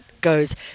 goes